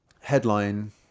Headline